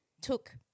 took